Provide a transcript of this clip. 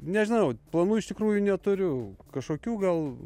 nežinau planų iš tikrųjų neturiu kažkokių gal